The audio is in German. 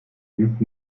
liegt